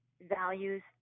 values